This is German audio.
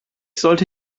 sollte